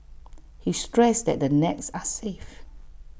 he stressed that the nets are safe